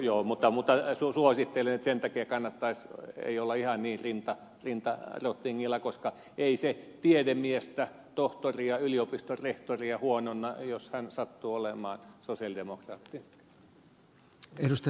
joo mutta suosittelen että sen takia ei kannattaisi olla ihan niin rinta rottingilla koska ei se tiedemiestä tohtoria yliopiston rehtoria huononna jos hän sattuu olemaan sosialidemokraatti